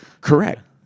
Correct